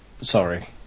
sorry